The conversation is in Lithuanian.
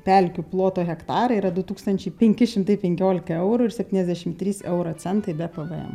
pelkių ploto hektarą yra du tūkstančiai penki šimtai penkiolika eurų ir septyniasdešim trys euro centai be pvm